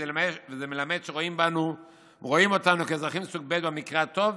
וזה מלמד שרואים אותנו כאזרחים סוג ב' במקרה הטוב,